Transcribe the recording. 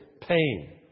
pain